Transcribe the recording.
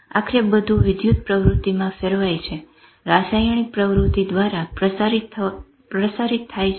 આખરે બધું વિધુત પ્રવૃતિમાં ફેરવાય છે રસાયણિક પ્રવૃત્તિ દ્વારા પ્રસારિત થાય છે